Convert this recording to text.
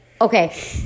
Okay